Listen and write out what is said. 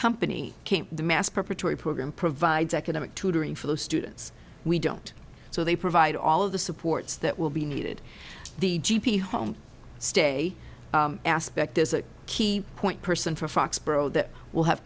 company came the mass preparatory program provides economic tutoring for those students we don't so they provide all of the supports that will be needed the g p home stay aspect is a key point person for foxborough that will have